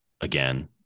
again